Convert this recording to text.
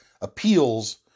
appeals